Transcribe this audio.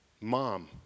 Mom